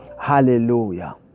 hallelujah